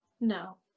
No